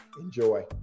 Enjoy